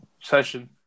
session